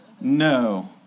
No